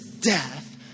death